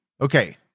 okay